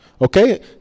Okay